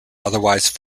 otherwise